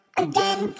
again